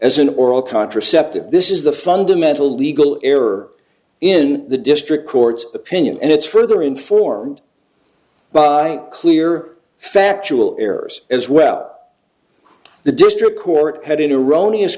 as an oral contraceptive this is the fundamental legal error in the district court's opinion and it's further informed by clear factual errors as well the district court had in a ron